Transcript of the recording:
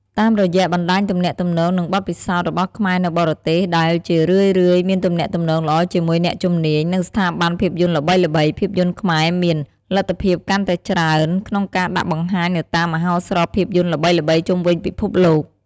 តាមរយៈ បណ្តាញទំនាក់ទំនង និង បទពិសោធន៍ របស់ខ្មែរនៅបរទេស ដែលជារឿយៗមានទំនាក់ទំនងល្អជាមួយអ្នកជំនាញ និងស្ថាប័នភាពយន្តល្បីៗ ភាពយន្តខ្មែរមាន លទ្ធភាពកាន់តែច្រើនក្នុងការដាក់បង្ហាញនៅតាមមហោស្រពភាពយន្តល្បីៗជុំវិញពិភពលោក។